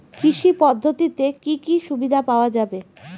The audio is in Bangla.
কৃষি পদ্ধতিতে কি কি সুবিধা পাওয়া যাবে?